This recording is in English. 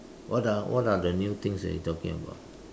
what are what are the new things that you are talking about